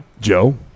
Joe